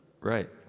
Right